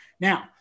Now